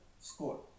score